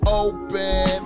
open